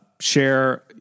share